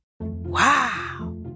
Wow